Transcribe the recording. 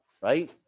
right